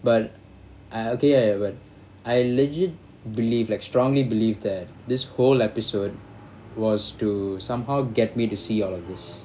but I okay I haven't I legit believe like strongly believe that this whole episode was to somehow get me to see all of this